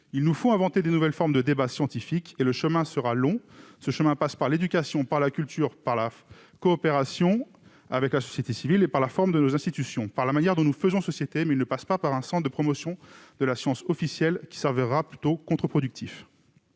Il nous faut inventer de nouvelles formes de débats scientifiques, et le chemin sera long. Ce dernier passe par l'éducation, par la culture, par la coopération avec nos institutions, par la forme de nos institutions, par la manière dont nous faisons société. Mais il ne passe pas par un Centre de promotion de la science officielle, qui sera plutôt contre-productif.